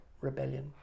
rebellion